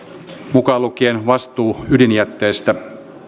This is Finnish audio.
mukaan lukien vastuu ydinjätteestä